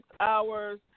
hours